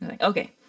okay